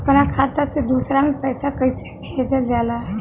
अपना खाता से दूसरा में पैसा कईसे भेजल जाला?